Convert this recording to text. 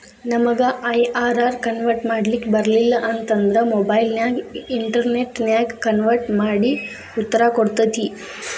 ನಮಗ IRR convert ಮಾಡ್ಲಿಕ್ ಬರಲಿಲ್ಲ ಅಂತ ಅಂದ್ರ ಮೊಬೈಲ್ ನ್ಯಾಗ ಇನ್ಟೆರ್ನೆಟ್ ನ್ಯಾಗ ಕನ್ವರ್ಟ್ ಮಡಿ ಉತ್ತರ ಕೊಡ್ತತಿ